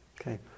Okay